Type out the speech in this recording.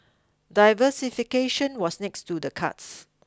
diversification was next to the cards